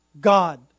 God